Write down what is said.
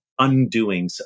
undoings